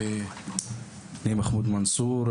אני מחמוד מנסור,